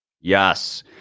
Yes